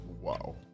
Wow